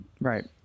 Right